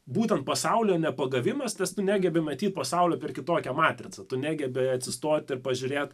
būtent pasaulio nepagavimas nes tu negebi matyt pasaulio per kitokią matricą tu negebi atsistot ir pažiūrėt